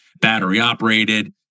battery-operated